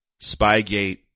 Spygate